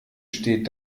steht